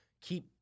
keep